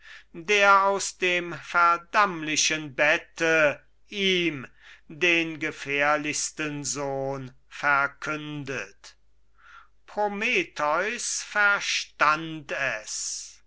der aus dem verdammlichen bette ihm den gefährlichsten sohn verkündet prometheus verstand es